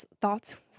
thoughts